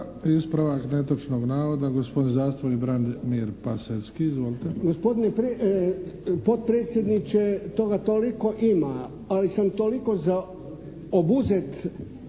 Ispravak netočnog navoda, gospodin zastupnik Branimir Pasecky. Izvolite. **Pasecky, Branimir (HDZ)** Gospodine potpredsjedniče, toga toliko ima, ali sam toliko obuzet